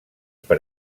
per